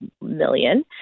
million